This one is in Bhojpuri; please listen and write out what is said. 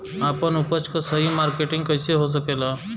आपन उपज क सही मार्केटिंग कइसे हो सकेला?